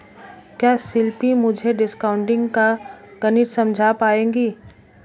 क्या शिल्पी मुझे डिस्काउंटिंग का गणित समझा पाएगी?